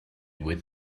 with